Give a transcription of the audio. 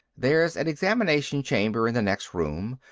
there's an examination chamber in the next room,